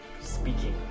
speaking